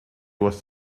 was